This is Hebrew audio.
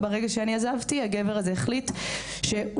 וברגע שאני עזבתי הגבר הזה החליט שהוא